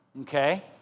Okay